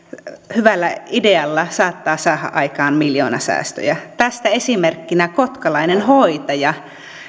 hyvällä idealla saattaa saada aikaan miljoonasäästöjä tästä esimerkkinä kotkalainen hoitaja